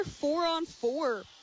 four-on-four